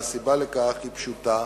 והסיבה לכך היא פשוטה: